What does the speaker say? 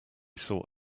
saw